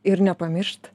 ir nepamiršt